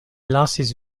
lasis